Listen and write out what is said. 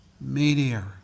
meteor